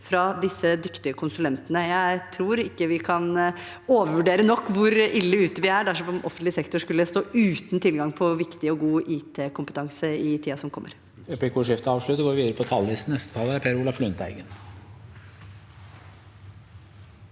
fra disse dyktige konsulentene. Jeg tror ikke vi kan overvurdere nok hvor ille ute vi er dersom offentlig sektor skulle stå uten tilgang på viktig og god IT-kompetanse i tiden som kommer.